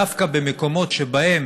דווקא במקומות שבהם